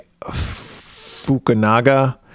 Fukunaga